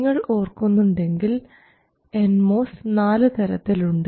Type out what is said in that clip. നിങ്ങൾ ഓർക്കുന്നുണ്ടെങ്കിൽ N MOS 4 തരത്തിലുണ്ട്